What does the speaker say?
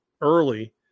early